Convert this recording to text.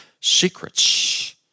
secrets